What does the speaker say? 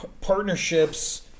partnerships